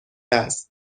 است